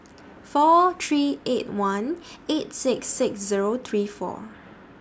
four three eight one eight six six Zero three four